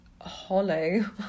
hollow